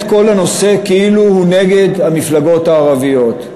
את כל הנושא כאילו הוא נגד המפלגות הערביות.